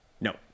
no